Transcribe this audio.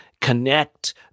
connect